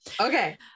Okay